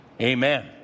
amen